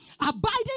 Abiding